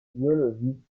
biologie